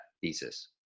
thesis